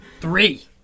Three